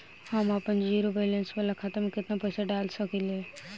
हम आपन zero balance वाला खाता मे केतना पईसा डाल सकेला?